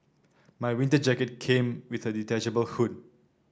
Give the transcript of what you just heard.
my winter jacket came with a detachable hood